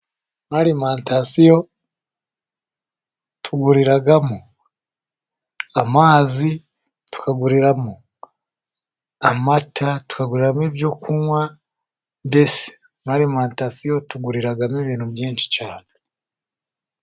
Muri alimamantasiyo tuguriramo amazi, tukaguriramo amata, tukaguramo ibyo kunywa, mbese muri alimamantasiyo tuguriramo ibintu byinshi cyane.